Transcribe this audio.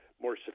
more